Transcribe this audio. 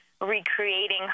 recreating